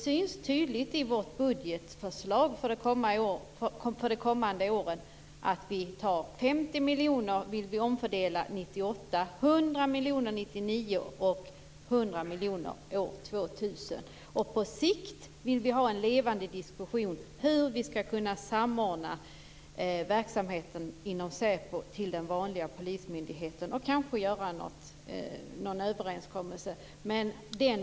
Av vårt budgetförslag för de kommande åren framgår det tydligt att vi vill omfördela 50 miljoner kronor år 1998, 100 miljoner kronor år 1999 och 100 miljoner kronor år 2000. På sikt vill vi ha en levande diskussion om hur verksamheten inom SÄPO skall kunna samordnas med den vanliga polismyndigheten och kanske träffa en överenskommelse.